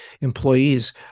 employees